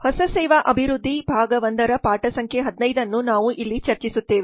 ಹೊಸ ಸೇವಾ ಅಭಿವೃದ್ಧಿ ಭಾಗ 1 ರ ಪಾಠ ಸಂಖ್ಯೆ 15 ಅನ್ನು ನಾವು ಇಲ್ಲಿ ಚರ್ಚಿಸುತ್ತೇವೆ